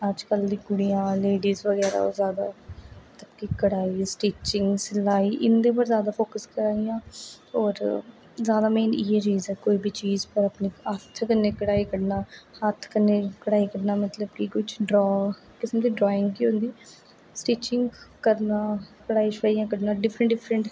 अजकल दी कुड़ियां लेडिस बगैरा ओह् ज्यादा कढाई स्टिचिंग बगैरा इंदे उप्पर ज्यादा फौकस करा दियां और ज्यादा मेन इयै चीज ऐ कोई बी चीज अपने हत्थ कन्नै कढाई कड्ढना हत्थ कन्नै कढाई कड्ढना मतलब कि कोई कुछ ड्रा इक किस्म दी ड्राइंग गै होंदी स्टिचिंग करना कढाइयां शढाइयां कड्ढना डिफरेंट डिफरेंट